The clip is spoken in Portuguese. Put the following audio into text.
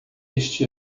este